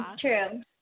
true